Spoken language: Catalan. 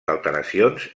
alteracions